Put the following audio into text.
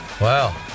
Wow